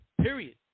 period